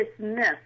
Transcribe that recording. dismiss